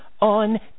on